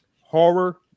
horror